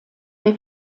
der